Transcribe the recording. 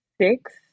six